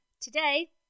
Today